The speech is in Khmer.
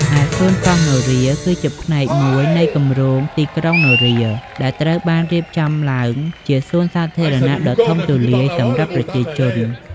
ឯសួនកោះនរា គឺជាផ្នែកមួយនៃគម្រោងទីក្រុងនរា ដែលត្រូវបានរៀបចំឡើងជា សួនសាធារណៈដ៏ធំទូលាយសម្រាប់ប្រជាជន។